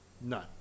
none